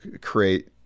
create